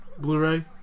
Blu-ray